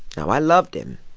now, i loved him,